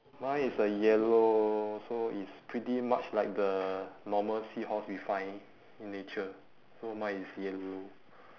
mine is a yellow so it's pretty much like the normal seahorse we find in nature so mine is yellow